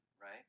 right